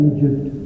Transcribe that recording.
Egypt